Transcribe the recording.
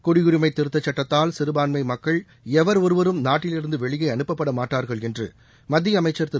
குடியுரிமை திருத்தச் சட்டத்தால் சிறுபான்மை மக்கள் எவர் ஒருவரும் நாட்டிலிருந்து வெளியே அனுப்பப்படமாட்டார்கள் என்று மத்திய அமைச்சர் திரு